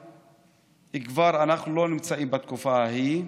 אנחנו כבר לא נמצאים בתקופה ההיא,